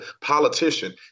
politician